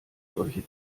solche